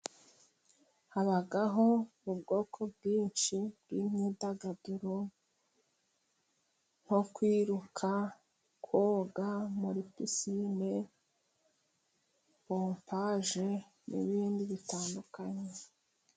Habaho ubwoko bwinshi bw’imyidagaduro，nko kwiruka， koga muri pisine， pompaje， n’ibindi bitandukanye.